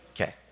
Okay